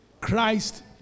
Christ